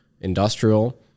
industrial